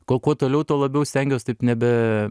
kuo kuo toliau tuo labiau stengiuos taip nebe